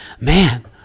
man